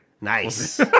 Nice